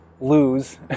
lose